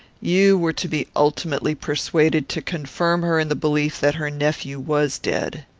you were to be ultimately persuaded to confirm her in the belief that her nephew was dead.